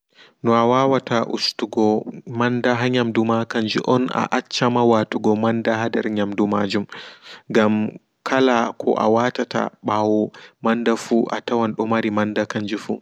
No'a wata ustugo manda ha nyamduma kanju on a accama watugo manda ha nder nyamdum maajum gam kala awatata ɓaawo manda fu atawan domari manda kanjufu.